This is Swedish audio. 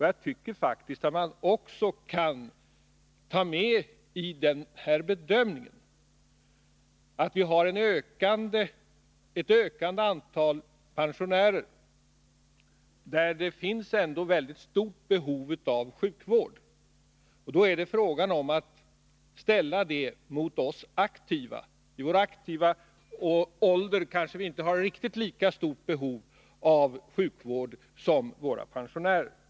Jag tycker faktiskt att man också borde ta med i bedömningen att vi har ett ökande antal pensionärer, för vilka det finns ett stort behov av sjukvård. Det är fråga om att ställa det behovet mot det som finns för oss som är i vår aktiva ålder. Vi har kanske inte riktigt lika stort behov av sjukvård som våra pensionärer.